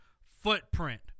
footprint